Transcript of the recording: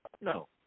No